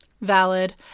Valid